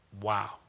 Wow